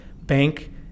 bank